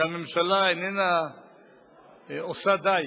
שהממשלה איננה עושה די